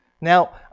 Now